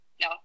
no